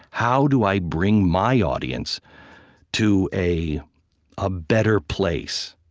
how do i bring my audience to a ah better place?